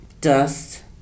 dust